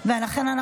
ולכן,